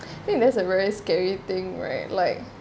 then there's a very scary thing right like